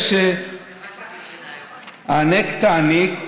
"הענק תעניק",